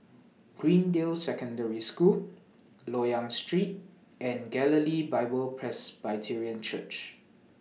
Greendale Secondary School Loyang Street and Galilee Bible Presbyterian Church